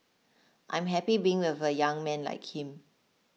I'm happy being with a young man like him